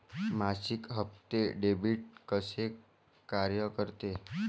मासिक हप्ते, डेबिट कसे कार्य करते